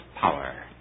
power